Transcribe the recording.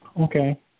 Okay